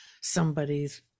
somebody's